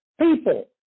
people